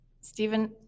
Stephen